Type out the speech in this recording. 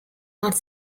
not